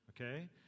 Okay